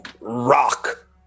rock